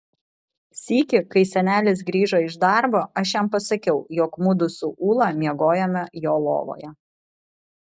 sykį kai senelis grįžo iš darbo aš jam pasakiau jog mudu su ūla miegojome jo lovoje